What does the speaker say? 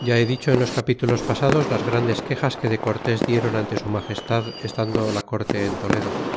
ya he dicho en los capítulos pasados las grandes quexas que de cortes dieron ante su magestad estando la corte en toledo